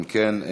אם כן,